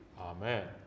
Amen